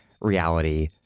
reality